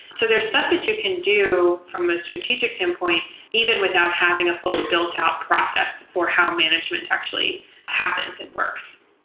so there's stuff you can do from most strategic standpoint even without having a fully built out process for how management actually happens and works.